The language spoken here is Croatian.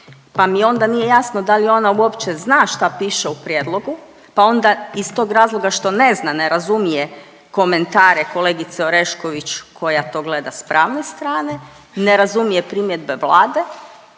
pa mi onda nije jasno da li ona uopće zna šta piše u prijedlogu, pa onda iz tog razloga što ne zna, ne razumije komentare kolegice Orešković koja to gleda s pravne strane, ne razumije primjedbe Vlade